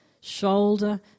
shoulder